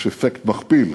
יש אפקט מכפיל,